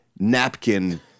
Napkin